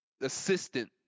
assistant